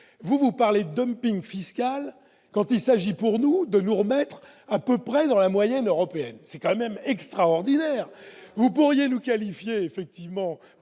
vous vous parlez dumping fiscal, quand il s'agit pour nous de nous remettre à peu près dans la moyenne européenne, c'est quand même extraordinaire, vous pourriez nous qualifier effectivement